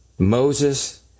Moses